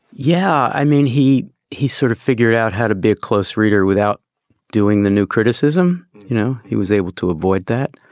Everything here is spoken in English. yeah. i mean, he he sort of figure out how to be a close reader without doing the new criticism. you know, he was able to avoid that.